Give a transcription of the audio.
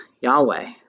Yahweh